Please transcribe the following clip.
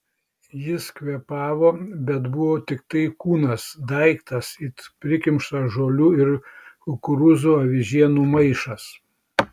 jis kvėpavo bet buvo tiktai kūnas daiktas it prikimštas žolių ir kukurūzų aiženų maišas